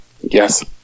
yes